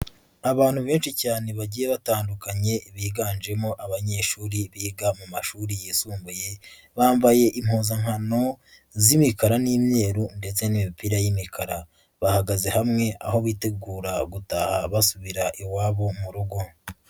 Abantu benshi cyane bagiye batandukanye biganjemo abanyeshuri biga mu mashuri yisumbuye, bambaye impuzankano z'imikara n'imyeru ndetse n'imipira y'imikara. Bahagaze hamwe aho bitegura gutaha basubira iwabo mu rugo.